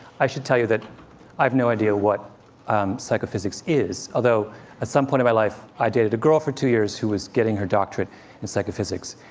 i should tell you that i have no idea what um psychophysics is, although at some point in my life, i dated a girl for two years who was getting her doctorate in psychophysics.